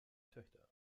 töchter